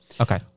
Okay